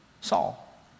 Saul